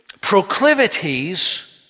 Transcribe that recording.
proclivities